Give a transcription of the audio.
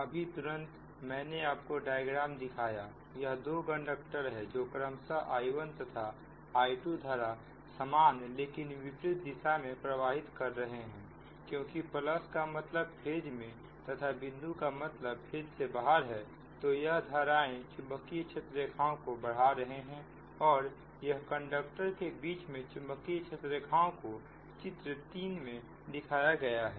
अभी तुरंत मैंने आपको डायग्राम दिखाया यह दो कंडक्टर है जो क्रमश I1 तथा I2 धारा समान लेकिन विपरीत दिशा में प्रवाहित कर रहे हैं क्योंकि प्लस का मतलब फेज में तथा बिंदु का मतलब फेज से बाहर है तो यह धाराएं चुंबकीय क्षेत्र रेखाओं को बढ़ा रहे हैं और यह कंडक्टर के बीच में चुंबकीय क्षेत्र रेखाओं को चित्र 3 में दिखाया गया है